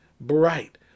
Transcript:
bright